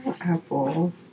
Apple